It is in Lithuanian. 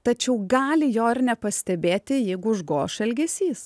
tačiau gali jo ir nepastebėti jeigu užgoš elgesys